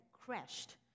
crashed